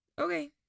Okay